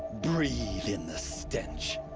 breathe in the stench.